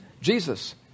Jesus